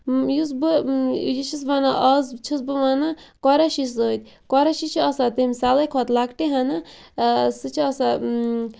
یُس بہٕ یہِ چھَس وَنان آز چھَس بہٕ وَنان قۄریشی سۭتۍ قۄریشی چھِ آسان تمہِ سَلاے کھۄتہٕ لۄکٹہٕ ہَنہ سُہ چھِ آسان